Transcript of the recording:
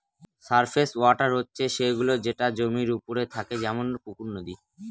surface water হচ্ছে সে গুলো যেটা জমির ওপরে থাকে যেমন পুকুর, নদী